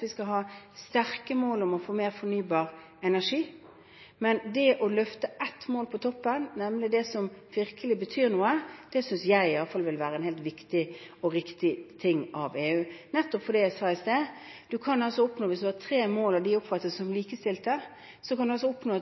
vi skal ha sterke mål om å få mer fornybar energi. Men det å løfte ett mål på toppen, nemlig det som virkelig betyr noe, synes i alle fall jeg vil være en helt viktig og riktig ting av EU – nettopp fordi, som jeg sa i sted, hvis du har tre mål og de oppfattes som likestilte, kan du oppnå